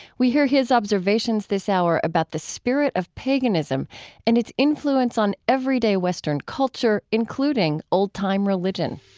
we hear his observations this hour about the spirit of paganism and its influence on everyday western culture, including old-time religion